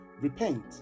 Repent